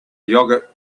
yogurt